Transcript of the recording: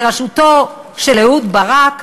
בממשלה בראשותו של אהוד ברק,